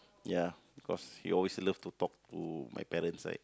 ya cause he always love to talk to my parents right